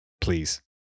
please